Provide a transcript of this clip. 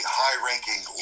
high-ranking